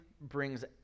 brings